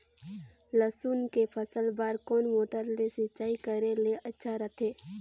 लसुन के फसल बार कोन मोटर ले सिंचाई करे ले अच्छा रथे?